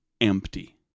Empty